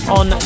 on